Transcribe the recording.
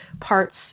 parts